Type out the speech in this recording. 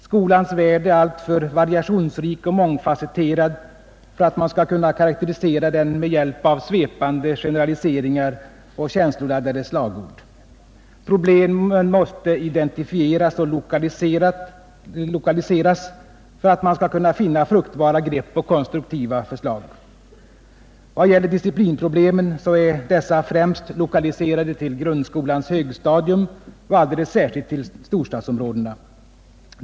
Skolans värld är alltför variationsrik och mångfasetterad för att man skall kunna karakterisera den med hjälp av svepande generaliseringar och känsloladdade slagord. Problemen måste identifieras och lokaliseras för att man skall kunna finna fruktbara grepp och konstruktiva förslag. Vad gäller disciplinproblemen så är dessa främst lokaliserade till grundskolans högstadium och alldeles särskilt till storstadsområdena.